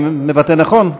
אני מבטא נכון?